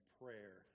prayer